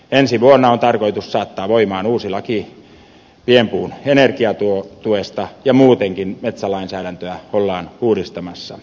ensi vuonna on tarkoitus saattaa voimaan uusi laki pienpuun energiatuesta ja muutenkin metsälainsäädäntöä ollaan uudistamassa